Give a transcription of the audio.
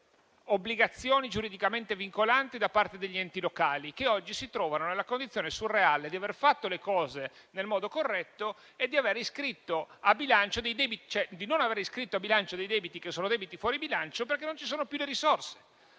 di obbligazioni giuridicamente vincolanti da parte degli enti locali, che oggi si trovano nella condizione surreale di aver fatto le cose nel modo corretto e di non aver iscritto a bilancio debiti che sono fuori bilancio perché non ci sono più le risorse.